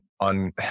on